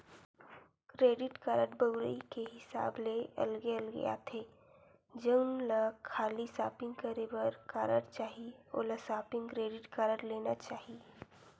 credit card बउरई के हिसाब ले अलगे अलगे आथे, जउन ल खाली सॉपिंग करे बर कारड चाही ओला सॉपिंग क्रेडिट कारड लेना चाही